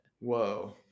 whoa